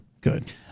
Good